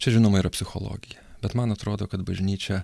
čia žinoma yra psichologija bet man atrodo kad bažnyčia